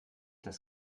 das